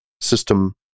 system